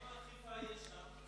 כמה אכיפה יש שם?